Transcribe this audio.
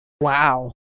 Wow